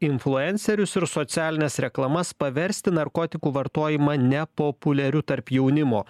influencerius ir socialines reklamas paversti narkotikų vartojimą nepopuliariu tarp jaunimo